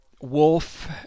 Wolf